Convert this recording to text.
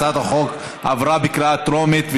הצעת החוק עברה בקריאה טרומית,